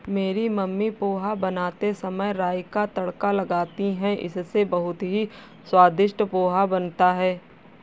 मेरी मम्मी पोहा बनाते समय राई का तड़का लगाती हैं इससे बहुत ही स्वादिष्ट पोहा बनता है